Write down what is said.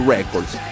Records